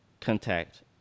contact